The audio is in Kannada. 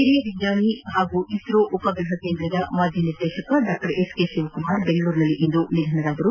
ಹಿರಿಯ ವಿಜ್ಞಾನಿ ಹಾಗೂ ಇಸ್ತೋ ಉಪಗ್ರಹ ಕೇಂದ್ರದ ಮಾಜಿ ನಿರ್ದೇಶಕ ಡಾ ಎಸ್ ಕೆ ಶಿವಕುಮಾರ್ ಬೆಂಗಳೂರಿನಲ್ಲಿಂದು ನಿಧನರಾಗಿದ್ದಾರೆ